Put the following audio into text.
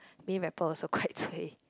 main rapper also quite cui